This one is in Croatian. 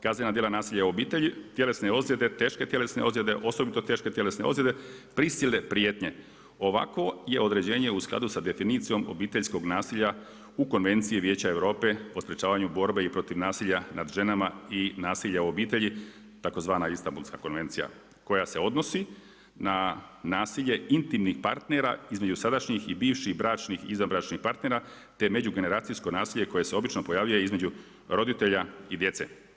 Kaznena djela nasilja u obitelji, tjelesne ozlijede, teške tjelesne ozlijede, osobito teške tjelesne ozlijede, prisile prijetnje ovakvo je određenje u skladu sa definicijom obiteljskog nasilja u konvenciji Vijeća Europe o sprječavanju borbe i protiv nasilja nad ženama i nasilja u obitelji, tzv. Istambulska konvencija koja se odnosi na nasilje intimnih partnera između sadašnjih i bivših bračnih i izvanbračnih partnera, te međugeneracijsko nasilje koje se obično pojavljuje između roditelj i djece.